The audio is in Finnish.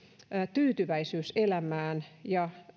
tyytyväisyys elämään ja